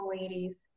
ladies